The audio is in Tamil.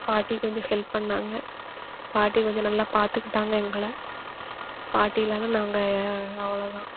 பாட்டிக்கு கொஞ்சம் ஹெல்ப் பண்ணிணாங்க பாட்டி கொஞ்சம் நல்லா பார்த்துக்கிட்டாங்க எங்களை பாட்டி இல்லைனா நாங்கள் அவ்வளதான்